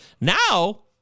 Now